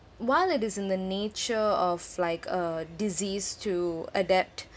while it is in the nature of like uh disease to adapt